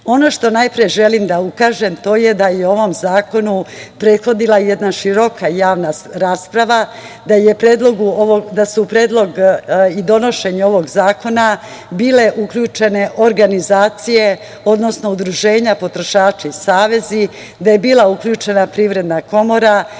što najpre želim da ukažem, to je da je u ovom zakonu prethodila jedna široka javna rasprava, da su u predlog i donošenje ovog zakona bile uključene organizacije, odnosno udruženja potrošača i savezi, da je bila uključena Privredna komora,